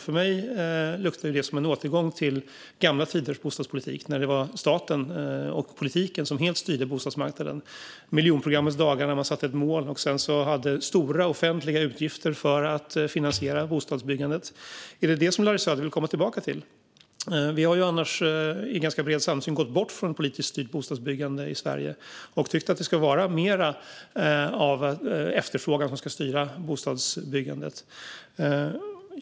För mig luktar det som en återgång till gamla tiders bostadspolitik, när det var staten och politiken som helt styrde bostadsmarknaden. Under miljonprogrammets dagar satte man upp ett mål och hade stora offentliga utgifter för att finansiera bostadsbyggandet. Är det detta som Larry Söder vill komma tillbaka till? Vi har ju annars i ganska bred samsyn gått bort från politiskt styrt bostadsbyggande i Sverige och tyckt att det ska vara mer av efterfrågan som ska styra bostadsbyggandet.